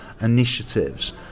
initiatives